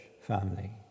family